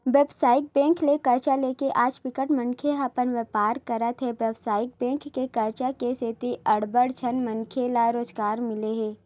बेवसायिक बेंक ले करजा लेके आज बिकट मनखे ह अपन बेपार करत हे बेवसायिक बेंक के करजा के सेती अड़बड़ झन मनखे ल रोजगार मिले हे